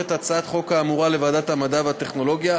את הצעת החוק האמורה לוועדת המדע והטכנולוגיה.